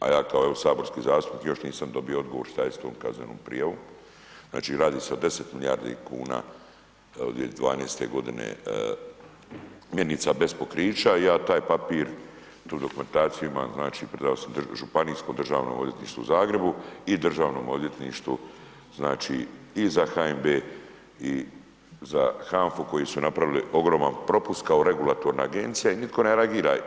a ja kao saborski zastupnik još nisam dobio odgovor šta je s tom kaznenom prijavom, znači radi se o 10 milijardi kuna od 2012. godine mjenica bez pokrića i ja taj papir, tu dokumentaciju imam, znači predao sam Županijskom državnom odvjetništvu u Zagrebu i Državnom odvjetništvu znači i za HNB i za HANFA-u koji su napravili ogroman propust kao regulatorna agencija i nitko ne reagira.